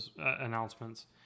announcements